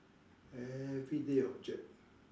everyday object